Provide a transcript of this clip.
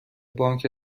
بانک